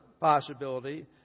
possibility